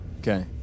Okay